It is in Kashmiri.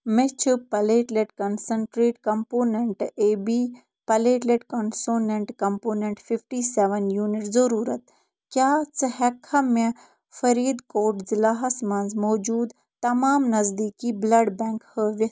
مےٚ چھِ platelet concentrate component A B platelet concentrate component fifty seven unit ضٔروٗرت کیٛاہ ژٕ ہٮ۪ککھا مےٚ فٔریٖد کوٹ ضِلع ہَس مَنٛز موجوٗد تمام نزدیٖکی بٕلَڈ بٮ۪نٛک ہٲوِتھ